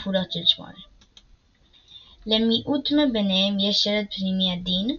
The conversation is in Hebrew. או כפולות של 8. למיעוט מביניהם יש שלד פנימי עדין,